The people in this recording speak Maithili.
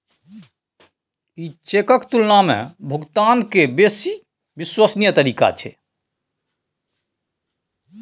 ई चेकक तुलना मे भुगतान केर बेसी विश्वसनीय तरीका छै